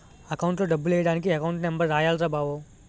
అకౌంట్లో డబ్బులెయ్యడానికి account number రాయాల్రా బావో